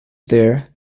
there